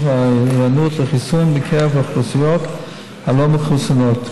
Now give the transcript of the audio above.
ההיענות לחיסון בקרב האוכלוסיות הלא-מחוסנות,